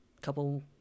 couple